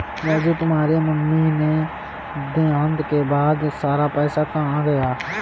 राजू तुम्हारे मम्मी के देहांत के बाद सारा पैसा कहां गया?